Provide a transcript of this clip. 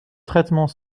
traitements